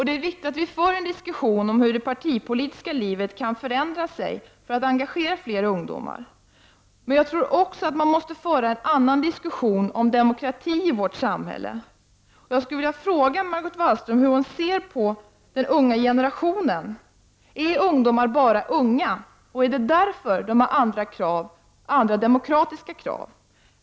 Det är viktigt att vi för en diskussion om hur det partipolitiska livet kan förändra sig så att man kan engagera fler ungdomar. Jag tror att man måste föra en annan diskussion om demokrati i vårt samhälle. Jag skulle vilja fråga Margot Wallström hur hon ser på den unga generationen. Är ungdomar bara unga, och är det därför som de har andra demokratiska krav?